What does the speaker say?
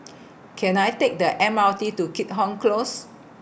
Can I Take The M R T to Keat Hong Close